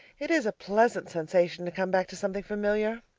it is a pleasant sensation to come back to something familiar.